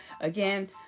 Again